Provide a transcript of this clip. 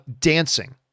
dancing